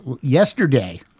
yesterday